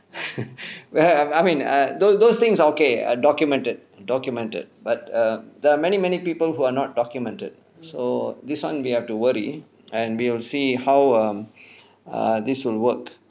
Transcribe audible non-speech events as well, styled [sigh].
[laughs] err I mean err those those things okay err documented documented but err there are many many people who are not documented so this [one] we have to worry and we will see how um err this will work